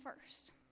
first